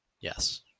Yes